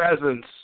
presence